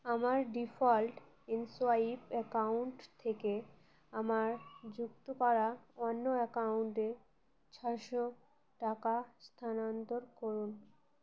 আমার default mSwipe account থেকে আমার যুক্ত করা অন্য অ্যাকাউন্টে ছশো টাকা স্থানান্তর করুন